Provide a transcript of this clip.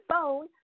phone